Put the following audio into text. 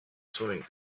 swimming